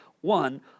one